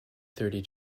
thirty